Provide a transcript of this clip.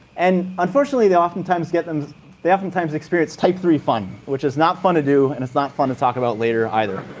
and unfortunately, they oftentimes and they oftentimes experience type three fun, which is not fun to do, and it's not fun to talk about later either.